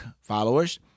followers